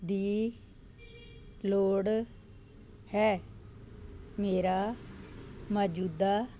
ਦੀ ਲੋੜ ਹੈ ਮੇਰਾ ਮੌਜੂਦਾ